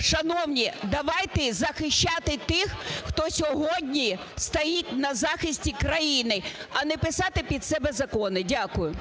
Шановні, давайте захищати тих, хто сьогодні стоїть на захисті країни, а не писати під себе закони. Дякую.